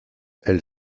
elle